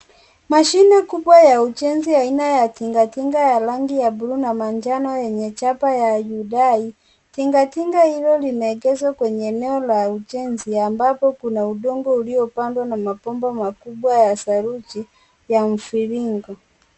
Mashine kubwa ya ujenzi aina ya tingatinga ya rangi ya bluu na manjano yenye chapa ya Hyundai, tinga tinga hilo limeegeshwa kwenye eneo la ujenzi ambapo kuna udongo uliopandwa na mabomba makubwa ya saruji ya mviringo.